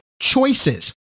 choices